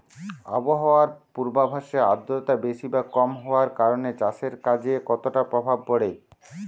আবহাওয়ার পূর্বাভাসে আর্দ্রতা বেশি বা কম হওয়ার কারণে চাষের কাজে কতটা প্রভাব পড়ে?